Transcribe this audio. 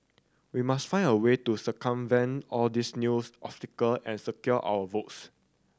we must find a way to circumvent all these news obstacle and secure our votes